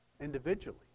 individually